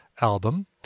album